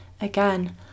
again